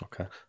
Okay